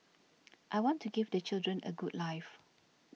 I want to give the children a good life